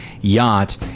yacht